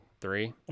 Three